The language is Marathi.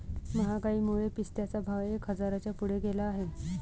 महागाईमुळे पिस्त्याचा भाव एक हजाराच्या पुढे गेला आहे